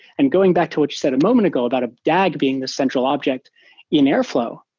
and going back to what you said a moment ago about a dag being this central object in airflow,